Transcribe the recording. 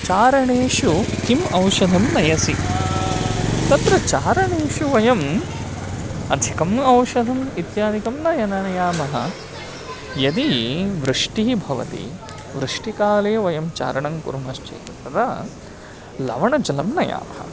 चारणेषु किम् औषधं नयसि तत्र चारणेषु वयम् अधिकम् औषधम् इत्यादिकं नयति नयामः यदि वृष्टिः भवति वृष्टिकाले वयं चारणं कुर्मश्चेत् तदा लवणजलं नयामः